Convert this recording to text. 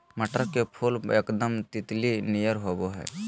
मटर के फुल एकदम तितली नियर होबा हइ